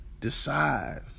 decide